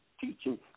teaching